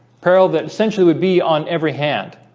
peril that essentially would be on every hand